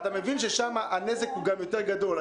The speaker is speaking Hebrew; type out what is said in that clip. אתה מבין ששם הנזק הוא גם יותר גדול.